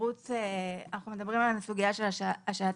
אנחנו מדברים על הסוגיה של השהיית